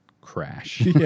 crash